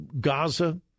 Gaza